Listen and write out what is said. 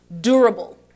durable